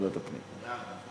ועדת הפנים.